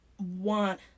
want